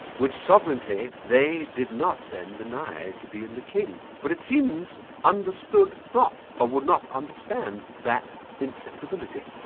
which sovereignty they did not then deny to be in the king. but it seems understood not, or would not understand that inseparability.